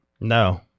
No